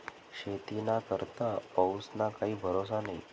शेतीना करता पाऊसना काई भरोसा न्हई